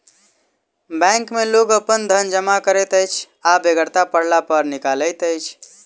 bank मे लोक अपन धन जमा करैत अछि आ बेगरता पड़ला पर निकालैत अछि